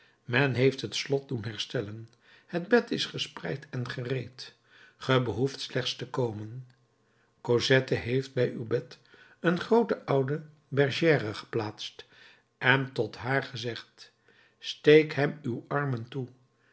men heeft het slot doen herstellen het bed is gespreid en gereed ge behoeft slechts te komen cosette heeft bij uw bed een groote oude bergère geplaatst en tot haar gezegd steek hem uw armen toe